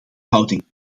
houding